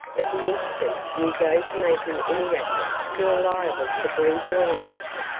but the instant you go to makin' any racket you're liable to breathe your last.